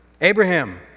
Abraham